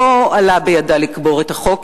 לא עלה בידה לקבור את החוק,